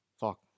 fuck